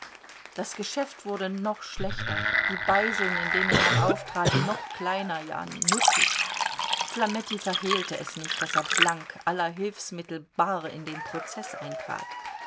das geschäft wurde noch schlechter die beiseln in denen man auftrat noch kleiner ja nuttig flametti verhehlte es nicht daß er blank aller hilfsmittel bar in den prozeß eintrat